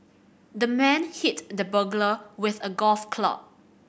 the man hit the burglar with a golf club